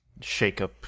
shakeup